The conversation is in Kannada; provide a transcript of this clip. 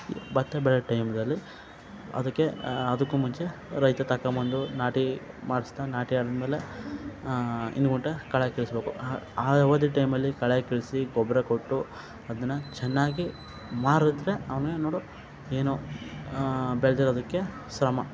ಭತ್ತ ಬೆಳ್ದ ಟೈಮ್ನಲ್ಲಿ ಅದಕ್ಕೆ ಅದಕ್ಕೂ ಮುಂಚೆ ರೈತ ತಕ ಬಂದು ನಾಟಿ ಮಾಡಿಸ್ತ ನಾಟಿ ಆದಮೇಲೆ ಇನ್ನ ಗುಂಟಾ ಕಳೆ ಕೀಳ್ಸಬೇಕು ಆ ಅವಧಿ ಟೈಮಲ್ಲಿ ಕಳೆ ಕೀಳಿಸಿ ಗೊಬ್ಬರ ಕೊಟ್ಟು ಅದನ್ನು ಚೆನ್ನಾಗಿ ಮಾರಿದ್ರೆ ಅವ್ನಿಗೆ ನೋಡು ಏನೋ ಬೆಳ್ದಿರೋದಕ್ಕೆ ಶ್ರಮ